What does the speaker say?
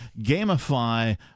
Gamify